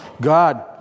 God